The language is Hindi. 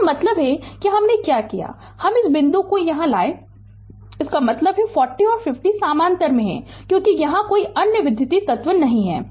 यहाँ मतलब है कि हमने क्या किया हम इस बिंदु को यहां लाया इसका मतलब है 40 और 50 समानांतर में क्योंकि यहां कोई अन्य विद्युत तत्व नहीं है